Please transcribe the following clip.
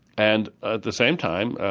and, at the same time,